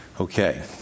Okay